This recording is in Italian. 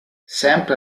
sempre